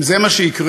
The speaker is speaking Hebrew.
אם זה מה שיקרה,